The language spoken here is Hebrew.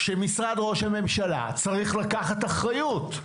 משרד ראש הממשלה צריך לקחת אחריות.